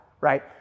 right